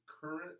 current